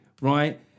right